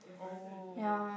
oh